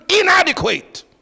Inadequate